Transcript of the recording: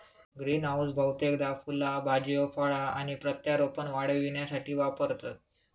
greenhouse बहुतेकदा फुला भाज्यो फळा आणि प्रत्यारोपण वाढविण्यासाठी वापरतत